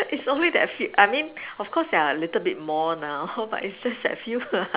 is only that fe~ I mean of course there are a little bit more now but it's just that few lah